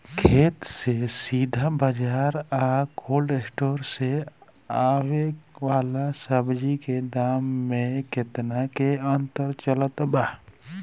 खेत से सीधा बाज़ार आ कोल्ड स्टोर से आवे वाला सब्जी के दाम में केतना के अंतर चलत बा?